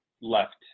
left